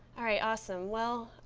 all right, awesome. well,